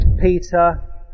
Peter